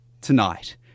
tonight